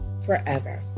forever